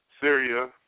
Syria